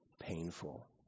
painful